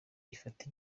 ifata